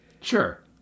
Sure